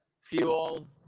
Fuel